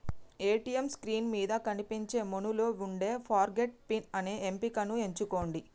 ATM screen మీద కనిపించే మెనూలో వుండే ఫర్గాట్ పిన్ అనే ఎంపికను ఎంచుకొండ్రి